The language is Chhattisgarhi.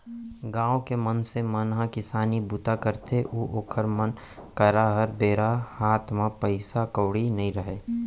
गाँव के मनसे मन ह किसानी बूता करथे अउ ओखर मन करा हर बेरा हात म पइसा कउड़ी नइ रहय